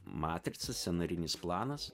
matrica scenarinis planas